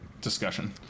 discussion